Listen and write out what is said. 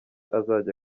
azajya